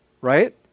right